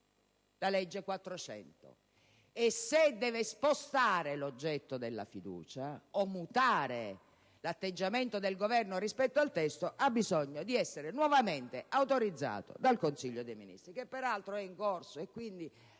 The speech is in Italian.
la legge n. 400). E se deve spostare l'oggetto della fiducia o mutare l'atteggiamento del Governo rispetto al testo, ha bisogno di essere nuovamente autorizzato dal Consiglio dei ministri, che peraltro è in corso, e quindi